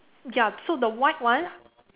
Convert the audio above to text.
ya so the white one